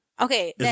okay